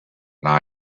night